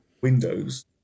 Windows